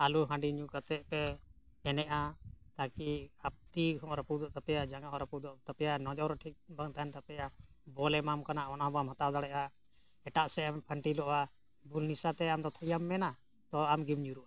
ᱟᱹᱞᱩ ᱦᱟᱺᱰᱤ ᱧᱩ ᱠᱟᱛᱮᱫ ᱯᱮ ᱮᱱᱮᱡᱼᱟ ᱛᱟᱠᱤ ᱟᱯᱛᱤ ᱦᱚᱸ ᱨᱟᱹᱯᱩᱫᱚᱜ ᱛᱟᱯᱮᱭᱟ ᱡᱟᱸᱜᱟ ᱦᱚᱸ ᱨᱟᱹᱯᱩᱫᱚᱜ ᱛᱟᱯᱮᱭᱟ ᱱᱚᱡᱚᱨ ᱦᱚᱸ ᱴᱷᱤᱠ ᱵᱟᱝ ᱛᱟᱦᱮᱱ ᱛᱟᱯᱮᱭᱟ ᱵᱚᱞᱮ ᱮᱢᱟᱢ ᱠᱟᱱᱟ ᱚᱱᱟ ᱦᱚᱸ ᱵᱟᱢ ᱦᱟᱛᱟᱣ ᱫᱟᱲᱮᱭᱟᱜᱼᱟ ᱮᱴᱟᱜ ᱥᱮᱫ ᱮᱢ ᱯᱷᱟᱹᱱᱴᱤᱞᱚᱜᱼᱟ ᱵᱩᱞ ᱱᱤᱥᱟᱹᱛᱮ ᱟᱢ ᱫᱚ ᱛᱷᱤᱭᱟᱹᱢ ᱢᱮᱱᱟ ᱛᱚ ᱟᱢ ᱜᱮᱢ ᱧᱩᱨᱩᱜᱼᱟ